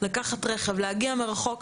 לקחת רכב ולהגיע מרחוק,